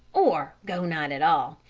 or go not at all.